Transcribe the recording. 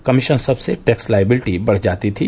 commission शब्द से tax liability बढ़ जाती थी